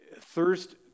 thirst